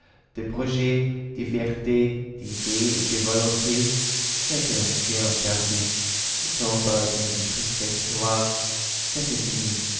de projets de fiertés d'idées et de volontés c'était un chien perdu il tomba dans une tristesse noire c'était fini